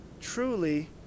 Truly